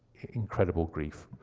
incredible grief.